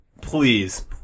please